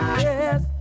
yes